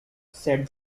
said